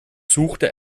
suchte